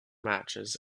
matches